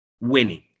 winning